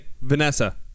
Vanessa